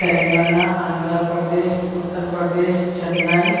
Telangana Andhra Pradesh Uttar Pradesh Chennai